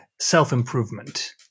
self-improvement